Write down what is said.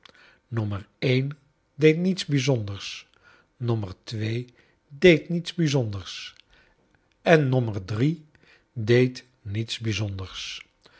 nommer en deed niets bijzonders nommer twee deed niets bijzonders en nommer drie deed niets bijzonders